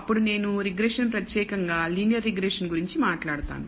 అప్పుడు నేను రిగ్రెషన్ ప్రత్యేకంగా లీనియర్ రిగ్రెషన్ గురించి మాట్లాడతాను